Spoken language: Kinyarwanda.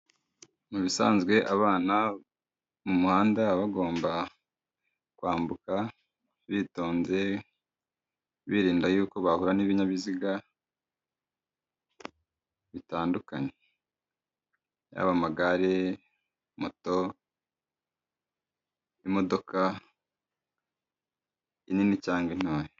Mu bisanzwe abana mu muhanda baba bagomba kwambuka bitonze, birinda yuko bahura n'ibinyabiziga, bitandukanye. Yaba amagare, moto, imodoka, inini cyangwa intoya.